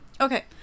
Okay